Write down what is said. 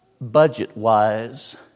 budget-wise